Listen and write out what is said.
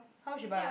how much you buy